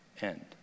end